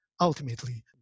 ultimately